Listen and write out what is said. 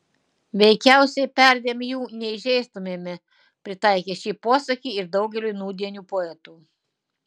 veikiausiai perdėm jų neįžeistumėme pritaikę šį posakį ir daugeliui nūdienių poetų